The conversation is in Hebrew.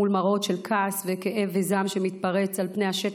מראות של כעס וכאב וזעם שמתפרצים על פני השטח,